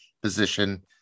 position